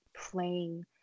playing